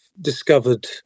discovered